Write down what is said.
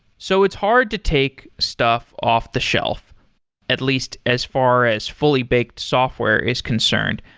so it's hard to take stuff off-the-shelf, at least as far as fully baked software is concerned.